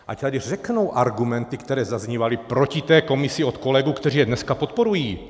Ať tady řeknou argumenty, které zaznívaly proti té komisi od kolegů, kteří je dneska podporují.